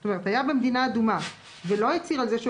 זאת אומרת היה במדינה אדומה ולא הצהיר על כך שהוא